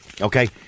okay